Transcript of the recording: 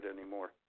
anymore